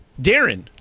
darren